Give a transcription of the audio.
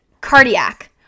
cardiac